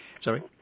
sorry